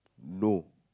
no